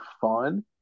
fun